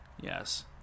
Yes